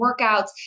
workouts